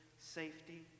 safety